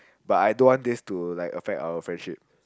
but I don't want this to like affect our friendship